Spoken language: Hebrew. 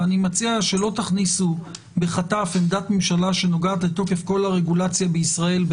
ואני מציע שלא תכניסו בחטף עמדת ממשלה שנוגעת לתוקף כל הרגולציה בישראל,